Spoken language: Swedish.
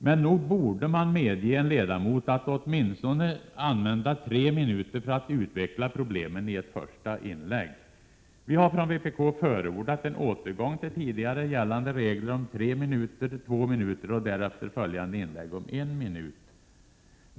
Men nog borde man medge en ledamot att i ett första inlägg åtminstone använda 3 minuter för att utveckla problemen. Vi har från vpk förordat en återgång till tidigare regler om 3 minuter, 2 minuter och därefter följande inlägg om 1 minut.